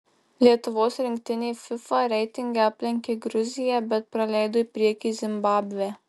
lietuvos rinktinė fifa reitinge aplenkė gruziją bet praleido į priekį zimbabvę